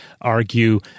argue